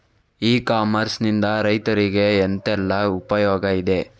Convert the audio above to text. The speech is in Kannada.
ಇ ಕಾಮರ್ಸ್ ನಿಂದ ರೈತರಿಗೆ ಎಂತೆಲ್ಲ ಉಪಯೋಗ ಇದೆ?